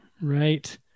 Right